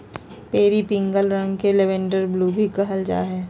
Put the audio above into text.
periwinkle रंग के lavender blue भी कहल जा हइ